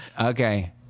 okay